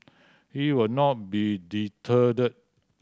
he will not be deterred